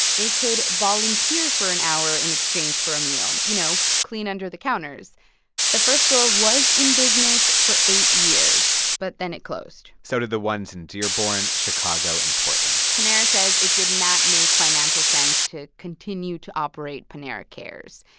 they could volunteer for an hour in exchange for a meal you know, clean under the counters the first store was in business for eight years, but then it closed so did the ones in dearborn, chicago and portland panera says it did not make financial sense to continue to operate panera cares.